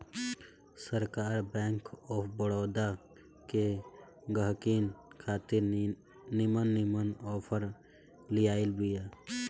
सरकार bank of Baroda के गहकिन खातिर निमन निमन आफर लियाइल बिया